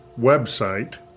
website